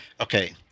Okay